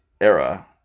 era